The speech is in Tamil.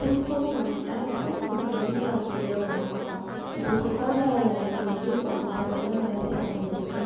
திருப்பூர் மாவட்டம் இப்போ வந்து வளர்ந்து வரக்கூடிய ஒரு மாவட்டம் இது சுகாதார லெவல்ல வந்து இப்போ கொஞ்சம் நல்லா வளர்ச்சி அடஞ்சிருக்குது